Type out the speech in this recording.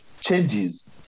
changes